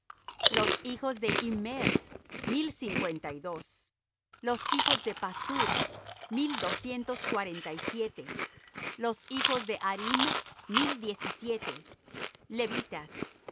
los hijos de immer mil cincuenta y dos los hijos de pashur mil doscientos cuarenta y siete los hijos de harim mil diez y siete levitas